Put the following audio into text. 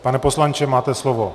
Pane poslanče, máte slovo.